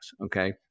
Okay